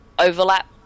overlap